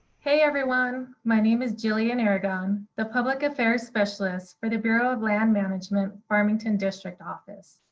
hey, everyone. my name is jillian aragon, the public affairs specialist for the bureau of land management farmington district office.